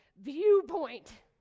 viewpoint